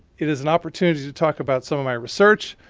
it is an opportunity to talk about some of my research,